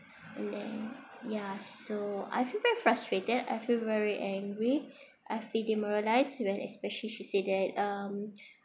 and then ya so I feel very frustrated I feel very angry I feel demoralised when especially she say that um